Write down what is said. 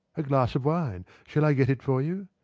a glass of wine? shall i get it for you?